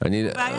יש פה בעיה.